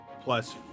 plus